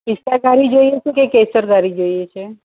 પિસ્તા વાળી જોઈએ છે કે કેસર વાળી જોઈએ છે